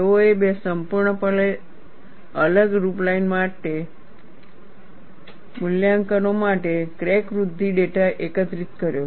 તેઓએ બે સંપૂર્ણપણે અલગ રૂપલાઇન ંકનો માટે ક્રેક વૃદ્ધિ ડેટા એકત્રિત કર્યો